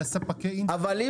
אני מדבר על ספקי האינטרנט.